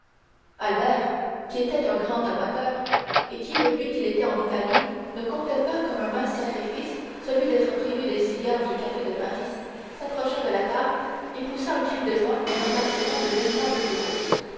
albert qui était un grand amateur et qui depuis qu'il était en italie ne comptait pas comme un mince sacrifice celui d'être privé des cigares du café de paris s'approcha de la table et poussa un cri de joie en apercevant de véritables puros